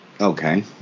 Okay